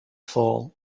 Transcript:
fall